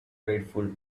dreadful